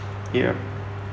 ya